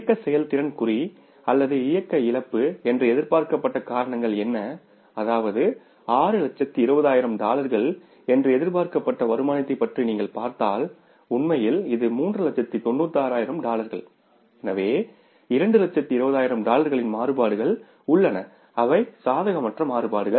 இயக்க செயல்திறன் குறி அல்லது இயக்க இழப்பு என்று எதிர்பார்க்கப்பட்ட காரணங்கள் என்ன அதாவது 620000 டாலர்கள் என்று எதிர்பார்க்கப்பட்ட வருமானத்தைப் பற்றி நீங்கள் பார்த்தால் ஆனால் உண்மையில் இது 396000 டாலர்கள் எனவே 220000 டாலர்களின் மாறுபாடுகள் உள்ளன அவை சாதகமற்ற மாறுபாடுகள்